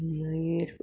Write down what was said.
मागीर